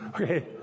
okay